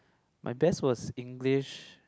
my best was English